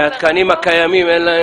מהתקנים הקיימים אין להם?